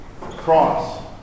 cross